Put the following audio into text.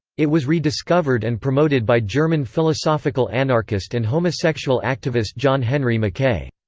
it was re-discovered and promoted by german philosophical anarchist and homosexual activist john henry mackay.